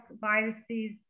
viruses